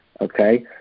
Okay